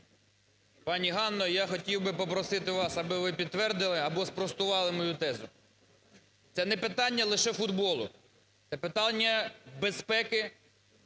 Пані Ганно, я хотів би попросити вас, аби ви підтвердили або спростували мою тезу. Це не питання лише футболу – це питання безпеки